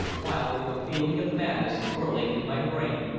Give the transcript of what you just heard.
while, with a feeling of madness whirling in my brain,